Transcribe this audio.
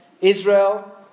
Israel